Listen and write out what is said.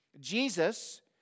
Jesus